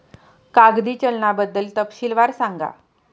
कागदी चलनाबद्दल तपशीलवार सांगा